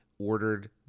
ordered